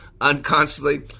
unconsciously